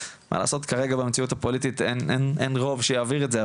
מה לעשות כרגע במציאות הפוליטית אין רוב שיעביר את זה,